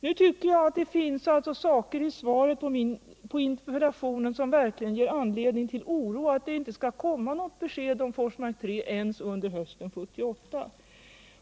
Jag tycker det finns saker i svaret på interpellationen som verkligen ger anledning till oro för att det inte skall komma något besked om Forsmark 3 ens under hösten 1978.